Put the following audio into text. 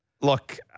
look